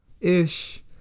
ish